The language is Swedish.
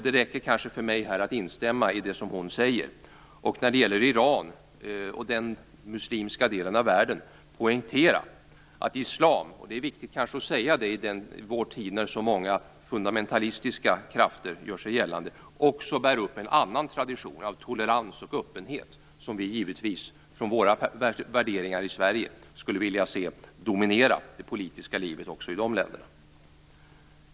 Det räcker kanske för mig att här instämma i det som hon säger och när det gäller Iran och den muslimska delen av världen poängtera att islam - och det kanske är viktigt att säga det i vår tid när så många fundamentalistiska krafter gör sig gällande - också bär upp en annan tradition av tolerans och öppenhet som vi givetvis, från våra värderingar i Sverige, skulle vilja se dominera det politiska livet också i dessa länder.